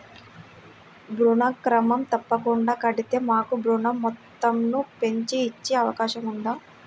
ఋణం క్రమం తప్పకుండా కడితే మాకు ఋణం మొత్తంను పెంచి ఇచ్చే అవకాశం ఉందా?